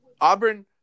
Auburn